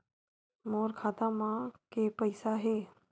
मोर खाता म के पईसा हे?